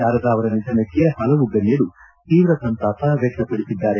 ಶಾರದಾ ಅವರ ನಿಧನಕ್ಕೆ ಪಲವು ಗಣ್ಕರು ತೀವ್ರ ಸಂತಾಪ ವ್ವಕ್ತಪಡಿಸಿದ್ದಾರೆ